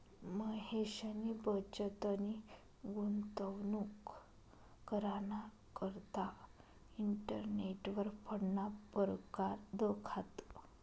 महेशनी बचतनी गुंतवणूक कराना करता इंटरनेटवर फंडना परकार दखात